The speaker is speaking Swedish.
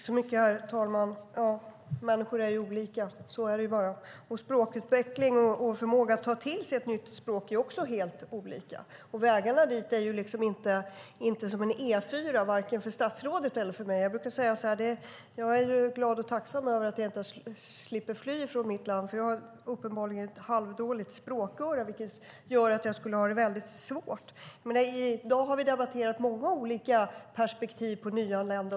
Herr talman! Människor är olika. Så är det bara. Språkutveckling och förmåga att ta till sig ett nytt språk är också helt olika. Vägarna dit är inte som en E4 vare sig för statsrådet eller för mig. Jag brukar säga att jag är glad och tacksam över att jag slipper fly från mitt land. Jag har uppenbarligen ett halvdåligt språköra, vilket gör att jag skulle ha det väldigt svårt. I dag har vi debatterat många olika perspektiv på nyanlända.